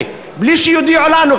בלי שיודיעו לנו,